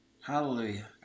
Hallelujah